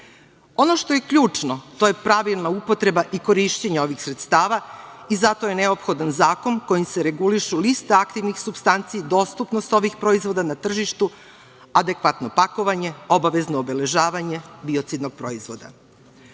što je ključno, to je pravilna upotreba i korišćenje ovih sredstava i zato je neophodan zakon kojim se regulišu liste aktivnih supstanci, dostupnost ovih proizvoda na tržištu, adekvatno pakovanje, obavezno obeležavanje biocidnog proizvoda. Ovaj